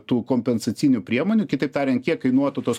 tų kompensacinių priemonių kitaip tariant kiek kainuotų tos